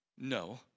No